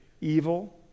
evil